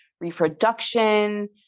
reproduction